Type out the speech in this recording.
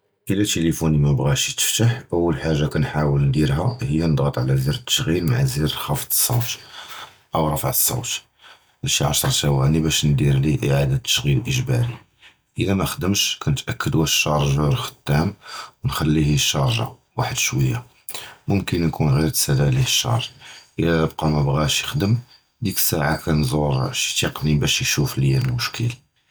אִילַא טֵלֵפוֹן מִבְגַש יִתְפַתַח, אֻוַּל חַאגָה קִנְחַאוּל נַדִיר הִיּ קִנְדַגְ'ץ עַל זַר תַשְעִיל, מְעַן זַר כְּפַת אִל-צַ'אוּת אוֹ רַפְע צַ'אוּת שִי עֻשְר תוֹנִי, בַּאש נַדִיר לִי אִיְעָאדַה תַשְעִיל אִיגְבָּארִי, אִילַא מֵיְחְדֵמְש קִנְתַאכֵּד וִש שַרְג'וֹר חַדַאם וְנַחְלִיה יִשַרְגֵ'ה שְוִיַּה, מֻמְקִין יִכּוּן זַל עֻלֵيه שַרְג', בְּלָא לִקָּא מִבְגַש יִחְדֵמ, זַכִי סַעָה קִנְזוּר טֶכְנִי בַּאש יִשּוּف לִי אִל-מֻשְכִיל.